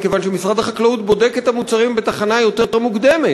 מכיוון שמשרד החקלאות בודק את המוצרים בתחנה קודמת.